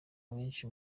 abenshi